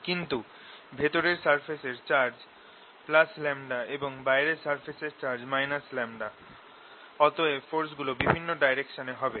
কিন্তু ভেতরের সারফেসের চার্জ λ এবং বাইরের সারফেসের চার্জ λ অতএব ফোরসগুলো বিভিন্ন ডাইরেকশনে হবে